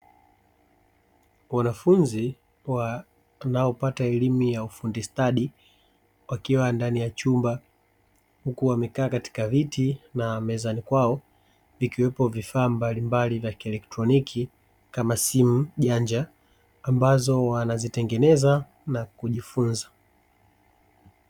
Wanafunzi, wanaopata elimu ya ufundi stadi wakiwa ndani ya chumba, huku wakiwa wamekaa katika viti na mezani kwao, vikiwepo vifaa mbalimbali vya kielektroniki kama simu janja, ambazo wanazitengeneza na kujifunza.